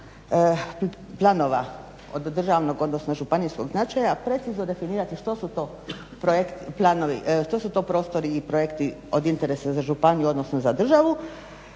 planova od državnog, odnosno županijskog značaja precizno definirati što su to prostori i projekti od interesa za županiju odnosno za državu